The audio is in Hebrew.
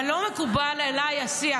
אבל לא מקובל עליי השיח.